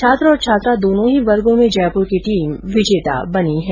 छात्र और छात्रा दोनों ही वर्गो में जयपुर की टीम विजेता बनी हैं